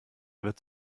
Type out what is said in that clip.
wird